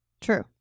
True